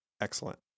Excellent